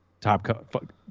top